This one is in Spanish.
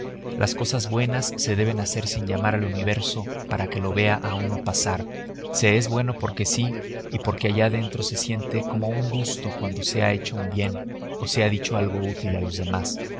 las cosas buenas se deben hacer sin llamar al universo para que lo vea a uno pasar se es bueno porque sí y porque allá adentro se siente como un gusto cuando se ha hecho un bien o se ha dicho algo útil a los demás